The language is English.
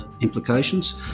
implications